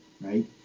right